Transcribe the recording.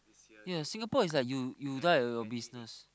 ya Singapore is like you you die your business